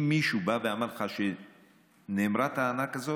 אם מישהו בא ואמר לך שנאמרה טענה כזאת,